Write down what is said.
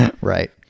Right